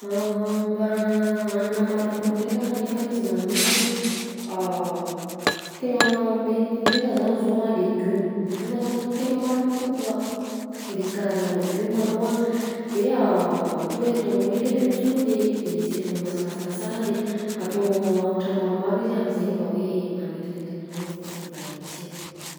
Agnamboaragna hanina maro loko ndraika nefany izy manintona: tegna mety indrindra zany zao a legioma, legioma zany zao no tegna maro loko kokoa. Mividy karazagna legioma anao a de ohatra ataonao hoe legioma sauté de sy ataonao masamasaka sara de ataonao hagnitra maromaro izy a am'zainy mba hoe manintonintona anao fofony mban'ny tsirony.